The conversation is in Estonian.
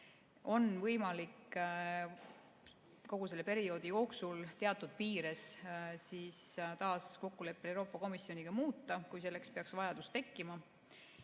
on võimalik kogu selle perioodi jooksul teatud piires taas kokkuleppel Euroopa Komisjoniga muuta, kui selleks peaks vajadus tekkima.